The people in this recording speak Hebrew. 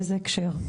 באיזה הקשר?